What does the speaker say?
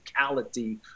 physicality